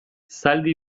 zaldi